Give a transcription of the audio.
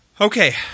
Okay